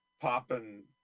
popping